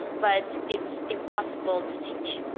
but it's impossible to teach.